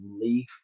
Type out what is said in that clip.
Leaf